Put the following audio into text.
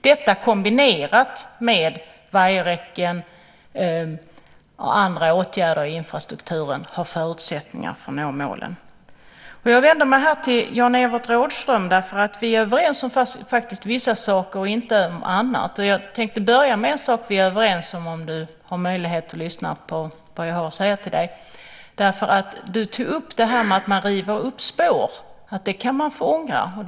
Detta kombinerat med vajerräcken och andra åtgärder i infrastrukturen ger förutsättningar att nå målen. Jag vänder mig till Jan-Evert Rådhström. Vi är överens om vissa saker och inte överens om annat. Jag tänkte börja med en sak som vi är överens om - om du har möjlighet att lyssna på vad jag har att säga till dig. Du tog upp att man kan få ångra att spår rivs upp.